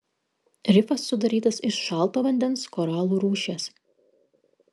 rifas sudarytas iš šalto vandens koralų rūšies